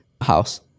House